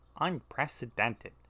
Unprecedented